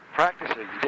practicing